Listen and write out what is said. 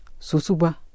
Susuba